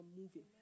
moving